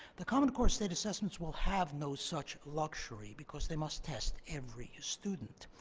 the common core state assessments will have no such luxury because they must test every student.